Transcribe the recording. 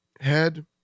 head